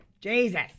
Jesus